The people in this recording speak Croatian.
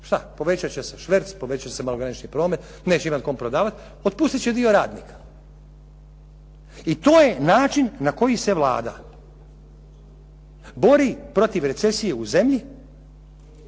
šta povećat će se šverc, povećat će se malogranični promet, neće imati kom prodavati, otpustit će dio radnika i to je način na koji se Vlada bori protiv recesije u zemlji.